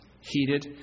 heated